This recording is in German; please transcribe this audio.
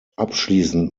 abschließend